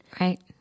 Right